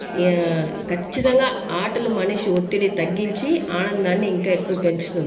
ఖచ్చితంగా ఆటలు మనిషి ఒత్తిడిని తగ్గించి ఆనందాన్ని ఇంకా ఎక్కువ పెంచుతుందండి